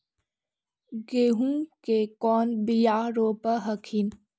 गेहूं के कौन बियाह रोप हखिन?